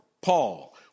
Paul